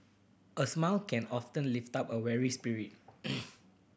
a smile can often lift up a weary spirit